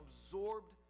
absorbed